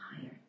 higher